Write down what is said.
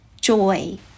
joy